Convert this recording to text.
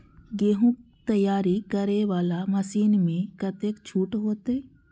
गेहूं तैयारी करे वाला मशीन में कतेक छूट होते?